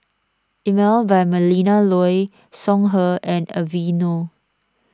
Emel by Melinda Looi Songhe and Aveeno